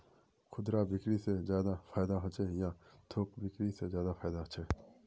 खुदरा बिक्री से ज्यादा फायदा होचे या थोक बिक्री से ज्यादा फायदा छे?